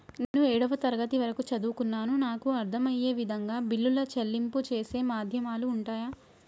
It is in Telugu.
నేను ఏడవ తరగతి వరకు చదువుకున్నాను నాకు అర్దం అయ్యే విధంగా బిల్లుల చెల్లింపు చేసే మాధ్యమాలు ఉంటయా?